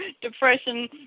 depression